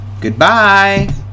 Goodbye